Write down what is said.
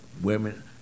women